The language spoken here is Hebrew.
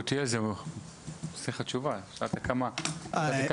יקותיאל, יש לך תשובה, שאלת כמה הכשרות.